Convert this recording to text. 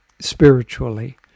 spiritually